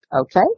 Okay